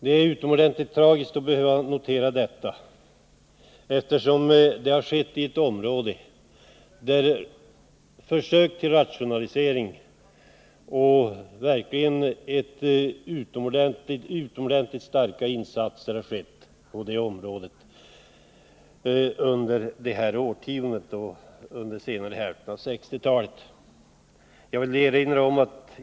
Det är utomordentligt tragiskt att behöva notera detta, eftersom det rör sig om ett område där man har gjort utomordentligt stora insatser för rationalisering. Det gäller det här årtiondet och senare hälften av 1960-talet.